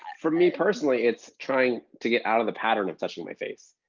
for me personally, it's trying to get out of the pattern of touching my face.